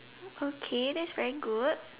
okay that's very good